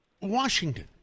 Washington